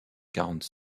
quarante